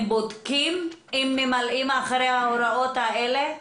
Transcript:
הם בודקים אם ממלאים אחרי ההוראות האלה?